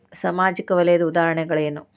ಸಾಮಾಜಿಕ ವಲಯದ್ದು ಉದಾಹರಣೆಗಳೇನು?